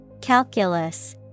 Calculus